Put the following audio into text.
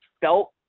felt